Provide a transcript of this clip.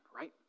right